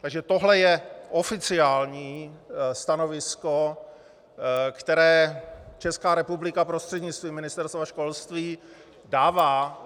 Takže tohle je oficiální stanovisko, které Česká republika prostřednictvím Ministerstva školství dává